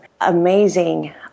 amazing